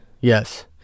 Yes